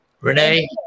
Renee